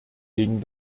gegen